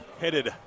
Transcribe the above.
headed